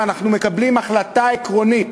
אם אנחנו מקבלים החלטה עקרונית